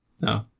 No